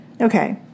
Okay